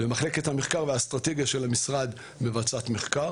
ומחלקת המחקר והאסטרטגיה של המשרד מבצעת מחקר